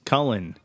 Cullen